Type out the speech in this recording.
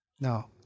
Now